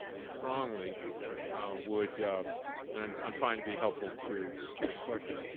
strongly would and i'm trying to be helpful to your to your question,